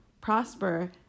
prosper